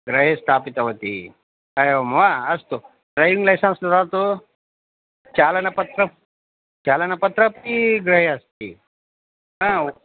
गृहे स्थापितवती एवं वा अस्तु ड्रैविङ्ग् लैसेन्स् ददातु चालनपत्रं चालनपत्रपि गृहे अस्ति ह